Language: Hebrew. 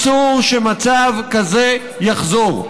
אסור שמצב כזה יחזור.